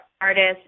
artists